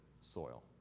soil